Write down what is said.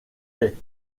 baies